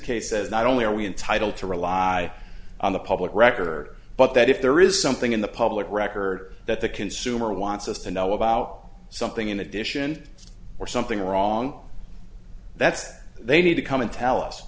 says not only are we entitled to rely on the public record but that if there is something in the public record that the consumer wants us to know about something in addition or something wrong that's they need to come and tell us